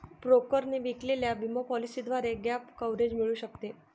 ब्रोकरने विकलेल्या विमा पॉलिसीद्वारे गॅप कव्हरेज मिळू शकते